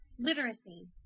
Literacy